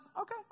okay